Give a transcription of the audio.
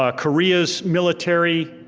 ah korea's military,